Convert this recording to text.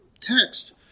text